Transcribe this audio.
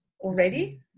already